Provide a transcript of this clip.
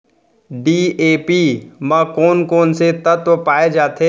DAP म कोन कोन से तत्व पाए जाथे?